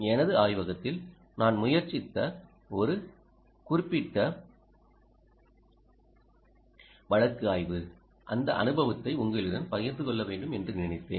எனது ஆய்வகத்தில் நான் முயற்சித்த ஒரு குறிப்பிட்ட வழக்கு ஆய்வு அந்த அனுபவத்தை உங்களுடன் பகிர்ந்து கொள்ள வேண்டும் என்று நினைத்தேன்